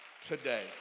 Today